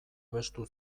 abestu